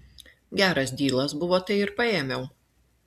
geras dylas buvo tai ir paėmiau